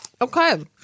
Okay